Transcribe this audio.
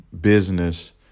business